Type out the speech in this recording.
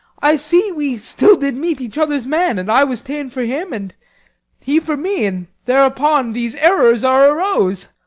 i see we still did meet each other's man, and i was ta'en for him, and he for me, and thereupon these errors are arose.